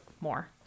more